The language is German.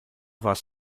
warst